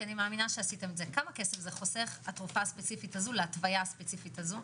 כמה חוסכת התרופה הזאת להתוויה הספציפית הזאת?